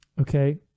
Okay